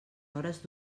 hores